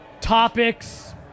topics